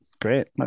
great